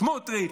סמוטריץ',